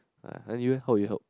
uh then you eh how you help